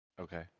Okay